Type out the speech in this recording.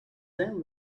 them